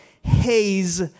haze